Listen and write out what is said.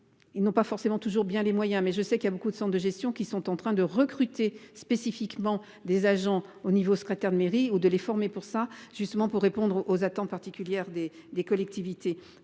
Ils n'ont pas forcément toujours bien les moyens mais je sais qu'il y a beaucoup de sortes de gestion qui sont en train de recruter spécifiquement des agents au niveau secrétaire de mairie ou de les former pour ça justement pour répondre aux attentes particulières des des collectivités.